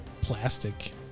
plastic